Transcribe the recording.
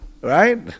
Right